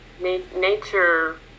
Nature